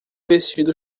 vestindo